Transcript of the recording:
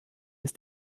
ist